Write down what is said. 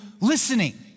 listening